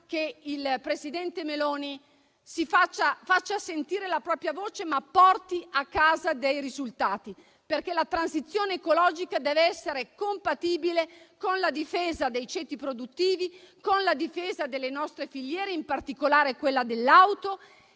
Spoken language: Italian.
che il presidente Meloni faccia sentire la propria voce, ma porti a casa dei risultati. La transizione ecologica deve essere compatibile con la difesa dei ceti produttivi, con la difesa delle nostre filiere, in particolare quella dell'auto,